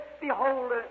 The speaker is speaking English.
Behold